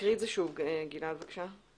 תקריא את זה שוב, גלעד, בבקשה.